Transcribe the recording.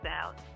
out